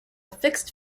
fixed